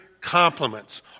compliments